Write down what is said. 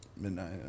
Midnight